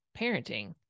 parenting